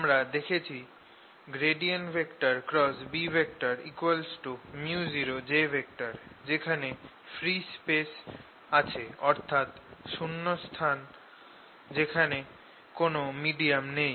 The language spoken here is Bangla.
আমরা দেখেছি Bµoj যেখানে ফ্রী স্পেস আছে অর্থাৎ শূন্যস্থান যেখানে কোন মিডিয়াম নেই